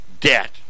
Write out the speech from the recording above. debt